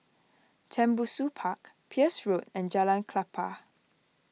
Tembusu Park Peirce Road and Jalan Klapa